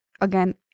again